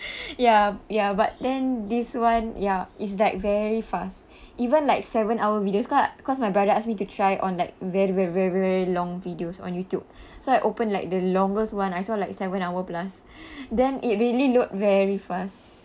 ya ya but then this one ya is like very fast even like seven-hour videos cause I cause my brother asked me to try on like very very very very long videos on YouTube so I open like the longest [one] I saw like seven hour plus then it really load very fast